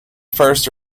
first